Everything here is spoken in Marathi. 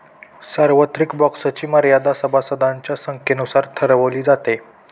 सार्वत्रिक बँक्सची मर्यादा सभासदांच्या संख्येनुसार ठरवली जाते